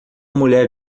mulher